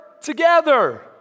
together